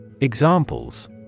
Examples